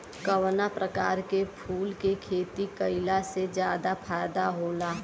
कवना प्रकार के फूल के खेती कइला से ज्यादा फायदा होला?